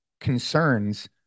concerns